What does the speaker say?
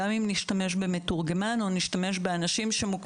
גם אם נשתמש במתורגמן או נשתמש באנשים שם.